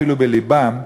אפילו בלבם,